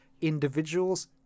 individuals